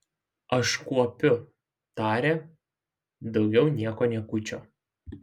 aš kuopiu tarė daugiau nieko niekučio